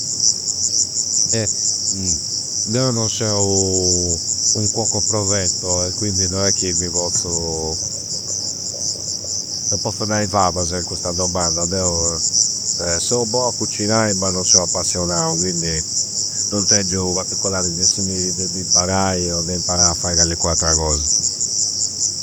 E Deu non seu un cuoco provetto, e quindi no è chi mi pozzu, non pozzu nai fabasa in custa domanda. Deu seu bou a cucinai ma non seu appassionau, quindi non tengiu particolarisi de su chi, de m'imparai o de imparai a fai callicua attra cosa.